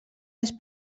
les